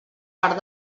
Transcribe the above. part